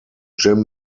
jim